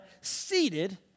seated